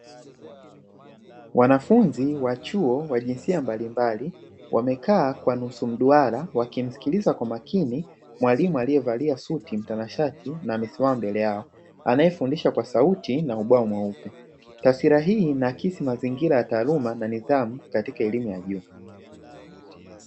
Wanafunzi wa chuo wa jinsia mbalimbali, wamekaa kwa nusu mduara wakimsikiliza kwa makini mwalimu alievalia suti, mtanashati na amesimama mbele yao anaefundisha kwa sauti na ubao mweupe, taswira hii ina akisi mazingira ya taaluma na nidhamu katika elimu ya juu.